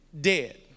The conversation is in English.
dead